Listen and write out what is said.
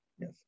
Yes